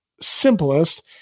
simplest